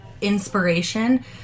inspiration